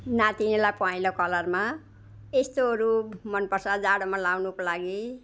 नातिनीलाई पहेँलो कलरमा यस्तोहरू मन पर्छ जाडोमा लाउनुको लागि